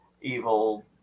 evil